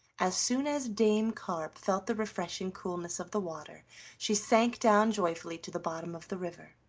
as soon as dame carp felt the refreshing coolness of the water she sank down joyfully to the bottom of the river,